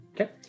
Okay